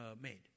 made